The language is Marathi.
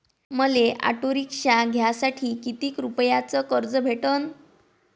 मले ऑटो रिक्षा घ्यासाठी कितीक रुपयाच कर्ज भेटनं?